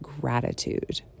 gratitude